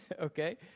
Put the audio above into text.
Okay